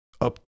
up